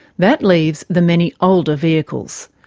that leaves the many older vehicles.